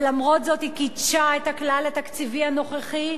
אבל למרות זאת היא קידשה את הכלל התקציבי הנוכחי,